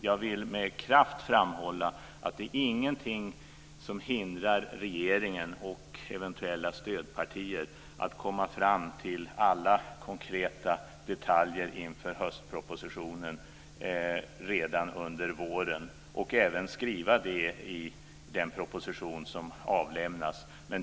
Jag vill med kraft framhålla att ingenting hindrar regeringen och eventuella stödpartier att komma fram till alla konkreta detaljer inför höstpropositionen redan under våren och även skriva det i den proposition som avlämnas.